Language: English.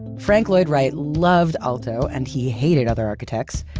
frank lloyd wright loved aalto, and he hated other architects.